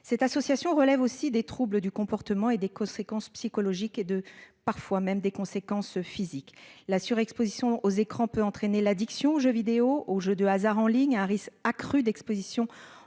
Cette association relève aussi des troubles du comportement et des conséquences psychologiques et de parfois même des conséquences physiques, la surexposition aux écrans peut entraîner l'addiction aux jeux vidéos, aux jeux de hasard en ligne à un risque accru d'Exposition